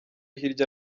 hirya